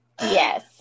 Yes